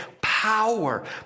power